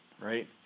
right